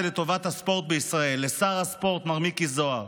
לטובת הספורט בישראל: לשר הספורט מר מיקי זוהר,